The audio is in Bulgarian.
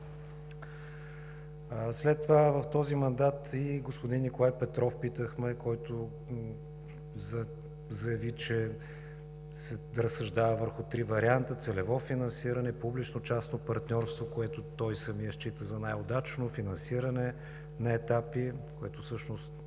След това в този мандат и господин Николай Петров питахме, който заяви, че се разсъждава върху три варианта – целево финансиране, публично-частно партньорство, което той самият счита за най-удачно, финансиране на етапи, като тези